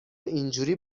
اینجوری